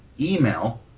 email